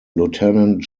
lieutenant